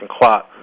clock